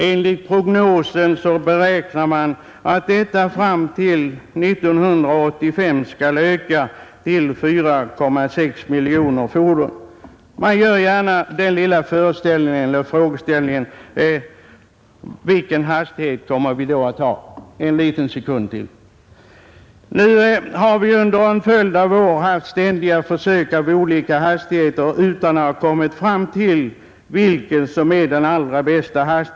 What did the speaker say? Enligt prognosen kommer antalet fram till 1985 att öka till 4,6 miljoner fordon. Man gör sig gärna den frågan: Vilken hastighet kommer vi då att ha? Nu har vi under en följd av år haft ständiga försök med olika hastigheter utan att ha kommit fram till vilken fart som är den allra bästa.